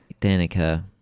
Danica